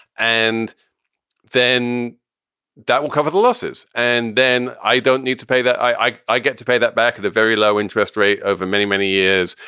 and then that will cover the losses. and then i don't need to pay that. i i get to pay that back at a very low interest rate over many, many years.